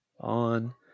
on